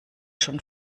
schon